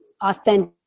authentic